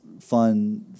fun